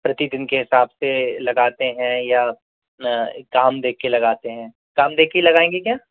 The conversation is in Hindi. प्रतिदिन के हिसाब से लगाते हैं या काम देखके लगाते हैं काम देखके ही लगाएंगे क्या